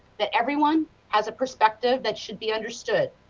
that everyone has a perspective, that should be understood.